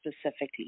specifically